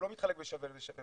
הוא לא מתחלק שווה בשווה.